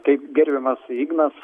kaip gerbiamas ignas